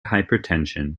hypertension